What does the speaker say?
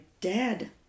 dad